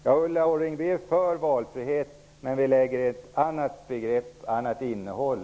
Ulla Orring, vi är för valfrihet, men vår valfrihet har ett annat innehåll.